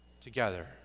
together